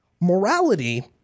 Morality